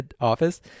office